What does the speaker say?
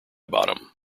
bottom